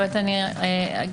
אני רק אגיד